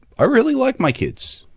i really like my kids.